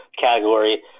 category